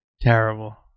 Terrible